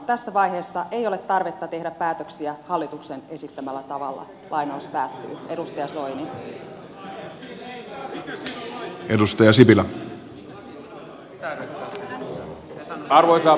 tässä vaiheessa ei ole tarvetta tehdä päätöksiä hallituksen esittämällä tavalla edustaja soini